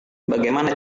bagaimana